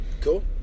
Cool